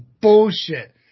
bullshit